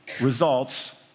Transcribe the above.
results